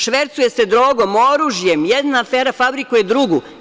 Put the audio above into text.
Švercuje se drogom, oružjem, jedna afera fabrikuje drugu.